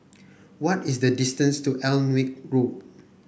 what is the distance to Alnwick Road